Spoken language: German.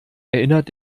erinnert